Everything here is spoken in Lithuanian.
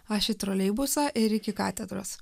aš į troleibusą ir iki katedros